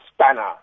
spanner